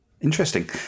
Interesting